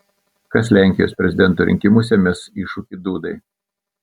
kas lenkijos prezidento rinkimuose mes iššūkį dudai